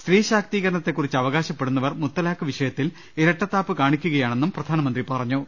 സ്ത്രീ ശാക്തീകരണത്തെക്കുറിച്ച് അവ കാശപ്പെടുന്നവർ മുത്തലാഖ് വിഷയത്തിൽ ഇരട്ടത്താപ്പ് കാണി ക്കുകയാണെന്നും പ്രധാനമന്ത്രി പറഞ്ഞു